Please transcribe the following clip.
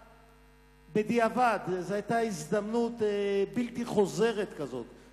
בדיעבד, זו היתה הזדמנות בלתי חוזרת כזאת,